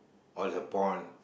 all the porn